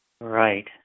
right